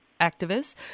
activists